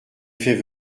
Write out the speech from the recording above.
fait